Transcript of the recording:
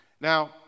Now